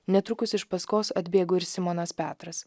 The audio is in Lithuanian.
netrukus iš paskos atbėgo ir simonas petras